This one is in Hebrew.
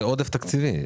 זה עודף תקציבי,